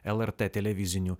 lrt televizinių